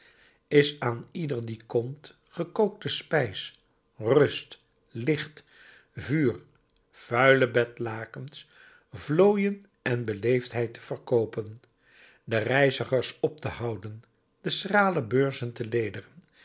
is aan ieder die komt gekookte spijs rust licht vuur vuile bedlakens vlooien en beleefdheid te verkoopen de reizigers op te houden de schrale beurzen te ledigen